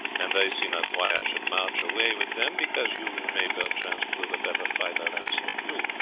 and i see not why i should march away with them because you may perchance prove a better fighter than sir hugh.